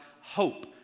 hope